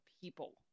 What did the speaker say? people